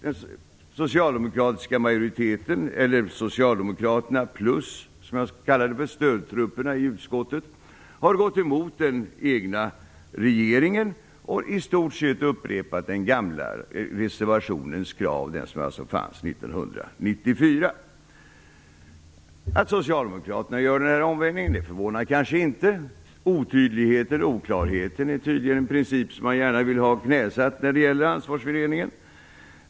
Den socialdemokratiska majoriteten - eller socialdemokraterna och vad jag skulle vilja kalla stödtrupperna i utskottet - har gått emot den egna regeringen och i stort sett upprepat kraven i den gamla reservationen, den som alltså fanns 1994. Att socialdemokraterna gör den här omsvängningen förvånar kanske inte. Otydlighet och oklarhet är tydligen principer som man gärna vill ha knäsatta när det gäller ansvarsfördelningen.